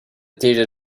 theatre